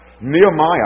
Nehemiah